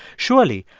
surely,